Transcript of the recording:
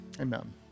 amen